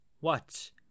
Watch